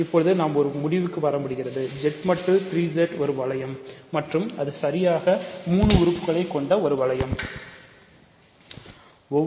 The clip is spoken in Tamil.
இப்போது நாம் முடிவுக்கு வர முடிகிறது Z mod 3 Z ஒரு வளையம் மற்றும் அது சரியாக 3 உறுப்புகளைக் கொண்ட ஒரு வளையமாகும்